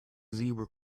zebra